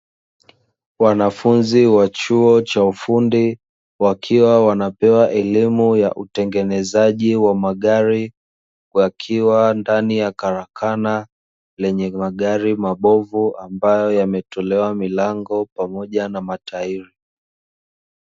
Wanafunzi wa chuo cha ufundi wakiwa wanapewa elimu ya utengenezaji wa magari, wakiwa ndani ya karakana yenye magari mabovu ambayo yametolewa milango pamoja na matairi.